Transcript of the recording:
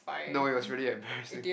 no it was really embarrassing